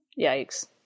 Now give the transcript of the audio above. Yikes